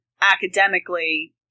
academically